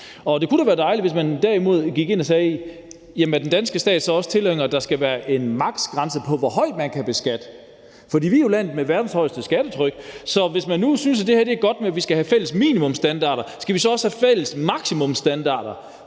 det kunne da være dejligt, hvis man derimod gik ind og sagde: Er den danske stat så også tilhænger af, at der skal være en grænse for, hvor højt man kan beskatte? Vi er jo landet med verdens højeste skattetryk. Så hvis man nu synes det her med, at vi skal have fælles minimumsstandarder, skal vi så også have fælles maksimumstandarder?